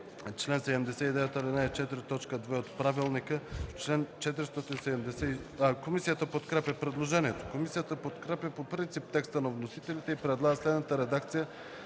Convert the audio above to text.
чл. 79, ал. 4, т. 2 от ПОДНС: Комисията подкрепя предложението. Комисията подкрепя по принцип текста на вносителите и предлага следната редакция